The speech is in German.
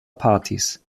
partys